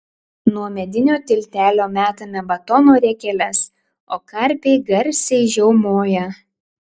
nuo medinio tiltelio metame batono riekeles o karpiai garsiai žiaumoja